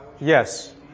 Yes